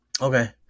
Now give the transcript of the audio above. Okay